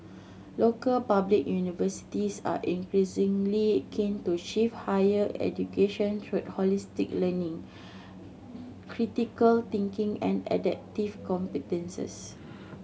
local public universities are increasingly keen to shift higher education holistic learning critical thinking and adaptive competences